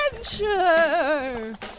adventure